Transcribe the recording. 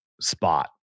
spot